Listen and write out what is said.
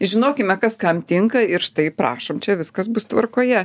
žinokime kas kam tinka ir štai prašom čia viskas bus tvarkoje